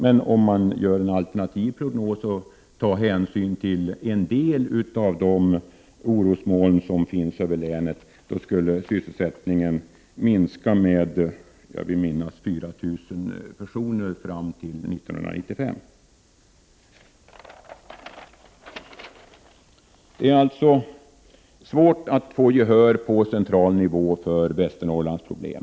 Enligt en alternativ prognos, där man tar hänsyn till en del av de orosmoln som finns över länet, skulle sysselsättningen minska med, vill jag minnas, 4 000 arbetstillfällen fram till 1995. Det är svårt att på central nivå få gehör för Västernorrlands problem.